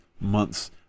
months